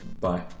Bye